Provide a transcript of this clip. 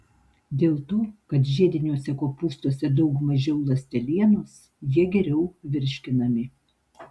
dėl to kad žiediniuose kopūstuose daug mažiau ląstelienos jie geriau virškinami